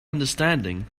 understanding